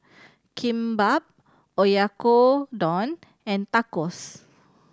Kimbap Oyakodon and Tacos